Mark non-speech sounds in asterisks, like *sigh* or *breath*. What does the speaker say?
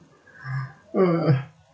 *breath* *noise*